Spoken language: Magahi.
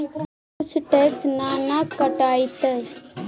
कुछ टैक्स ना न कटतइ?